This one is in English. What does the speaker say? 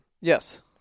Yes